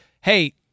hey